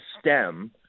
stem